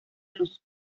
luz